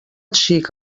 xic